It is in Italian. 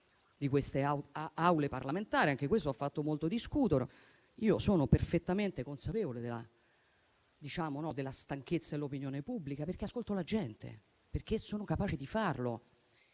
di queste Aule parlamentari e ciò ha fatto molto discutere. Io sono perfettamente consapevole della stanchezza dell'opinione pubblica perché ascolto la gente, sono capace di farlo.